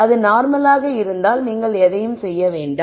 அது நார்மலாக இருந்தால் நீங்கள் எதையும் செய்ய வேண்டாம்